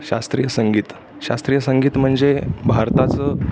शास्त्रीय संगीत शास्त्रीय संगीत म्हणजे भारताचं